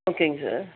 ஓகேங்க சார்